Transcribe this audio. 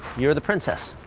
you're the princess.